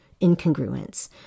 incongruence